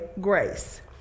grace